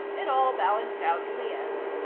it all balanced out in the end.